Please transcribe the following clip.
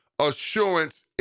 assurance